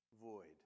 void